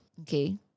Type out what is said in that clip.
Okay